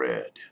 Red